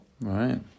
Right